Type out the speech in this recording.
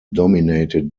dominated